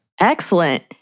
Excellent